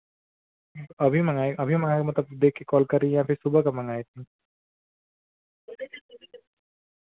अभी मँगाई अभी मँगाई मतलब देख के कॉल कर रहीं या फिर सुबह का मँगाई थी